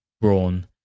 brawn